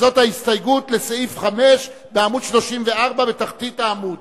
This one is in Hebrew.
זאת ההסתייגות לסעיף 5 שבעמוד 34 בתחתית העמוד.